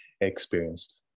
experienced